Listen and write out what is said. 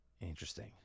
Interesting